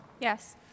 Yes